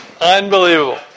Unbelievable